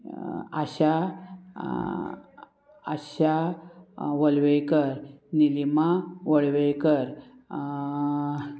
Asha Asha Walvaikar Nilima Valvaikar